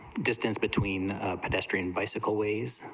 distance between a pedestrian bicycle ways